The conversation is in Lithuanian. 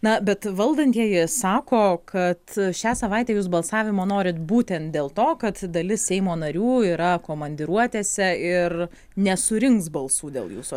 na bet valdantieji sako kad šią savaitę jūs balsavimo norit būtent dėl to kad dalis seimo narių yra komandiruotėse ir nesurinks balsų dėl jūsų